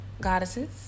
goddesses